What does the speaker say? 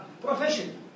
profession